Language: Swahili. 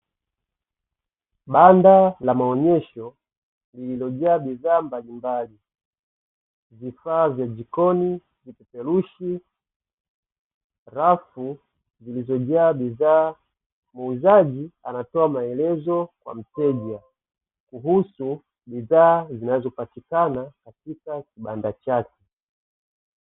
Banda la maonyesho lililojaa bidhaa mbalimbali, vifaa vya jikoni, vipeperushi, rafu zilizojaa bidhaa, muuzaji anatoa maelezo kwa mteja kuhusu bidhaa zinazopatikana katika kibanda chake.